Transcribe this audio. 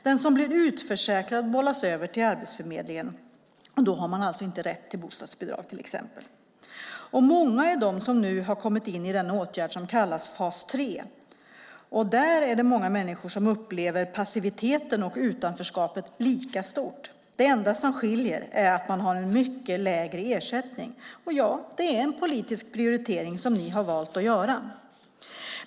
Den som blir utförsäkrad bollas över till Arbetsförmedlingen, och då har man alltså inte rätt till bostadsbidrag till exempel. Många är de som nu har kommit in i den åtgärd som kallas fas 3. Där är det många människor som upplever passiviteten och utanförskapet lika stort. Det enda som skiljer är att man har en mycket lägre ersättning. Det är en politisk prioritering som ni har valt att göra.